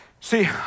See